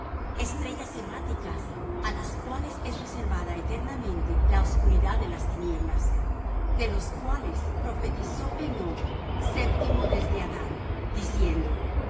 estrellas erráticas á las cuales es reservada eternalmente la oscuridad de las tinieblas de los cuales también profetizó enoc séptimo desde adam diciendo